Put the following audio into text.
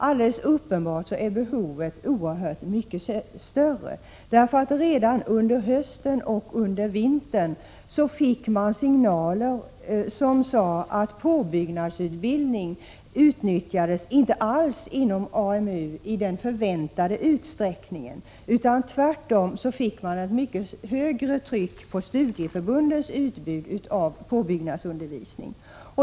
Alldeles uppenbart är behovet oerhört mycket större, för redan under hösten och vintern fick man signaler som sade att påbyggnadsutbildningen inte alls utnyttjades inom AMDU i den förväntade utsträckningen, utan tvärtom fick man ett mycket högre tryck på studieförbundens utbud av påbyggnadsundervisning.